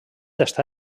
està